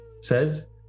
says